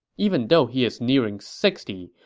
even though he is nearing sixty,